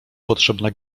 potrzebna